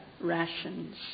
rations